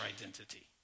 identity